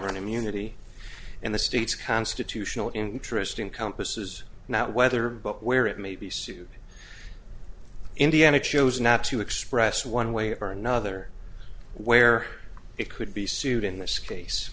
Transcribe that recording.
sovereign immunity and the state's constitutional interesting compass is not whether but where it may be sued indiana chose not to express one way or another where it could be sued in this case